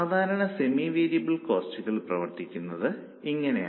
സാധാരണയായി semi variable cost പ്രവർത്തിക്കുന്നത് ഇങ്ങനെയാണ്